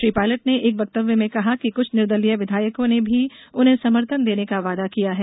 श्री पायलट ने एक वक्तव्य में कहा कि कृछ निर्दलीय विधायकों ने भी उन्हें समर्थन देने का वादा किया है